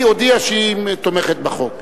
היא הודיעה שהיא תומכת בחוק.